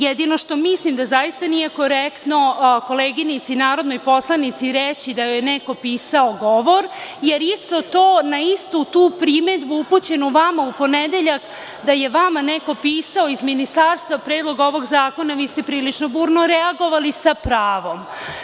Jedino što mislim da zaista nije korektno koleginici narodnoj poslanici reći da joj je neko pisao govor, jer isto to, na istu tu primedbu upućenu vama u ponedeljak, da je vama neko pisao iz ministarstva predlog ovog zakona, vi ste prilično burno reagovali, s pravom.